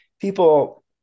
people